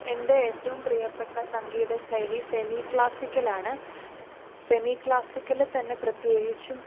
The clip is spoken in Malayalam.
എന്റെ ഏറ്റവും പ്രിയപ്പെട്ട സംഗീത ശൈലി സെമി ക്ലാസിക്കലാണ് സെമി ക്ലാസിക്കൽ തന്നെ പ്രത്യേകിച്ചും